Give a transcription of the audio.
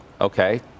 Okay